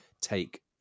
take